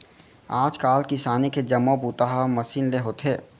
आज काल किसानी के जम्मो बूता ह मसीन ले होथे